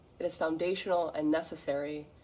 it is foundational and necessary,